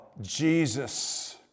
Jesus